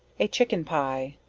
a chicken pie.